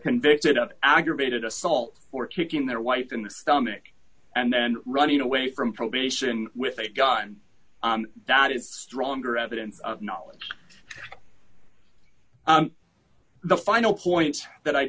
convicted of aggravated assault for kicking their wife in the stomach and then running away from probation with a gun that is stronger evidence knowledge the final point that i